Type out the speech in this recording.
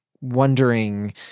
wondering